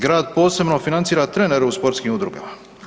Grad posebno financira trenere u sportskim udrugama.